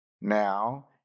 Now